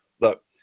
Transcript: look